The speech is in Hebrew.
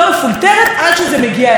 יש לו עניינים שנוגעים,